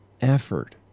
effort